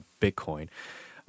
Bitcoin